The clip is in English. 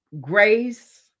grace